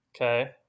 Okay